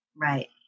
Right